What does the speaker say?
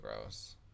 gross